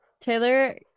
Taylor